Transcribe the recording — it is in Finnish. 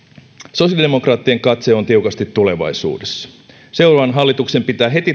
sosiaalidemokraattien katse on tiukasti tulevaisuudessa seuraavan hallituksen pitää heti